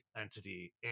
entity